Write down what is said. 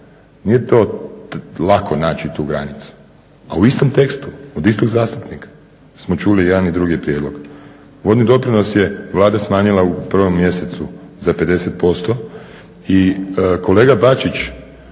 Nije lako naći tu granicu. A u istom tekstu od istog zastupnika smo čuli i jedan i drugi prijedlog. Vodni doprinos je Vlada smanjila u 1.mjesecu za 50% i kolega Bačić